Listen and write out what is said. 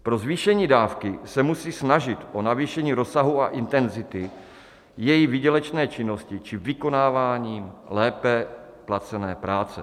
Pro zvýšení dávky se musí snažit o navýšení rozsahu a intenzity její výdělečné činnosti či vykonávání lépe placené práce.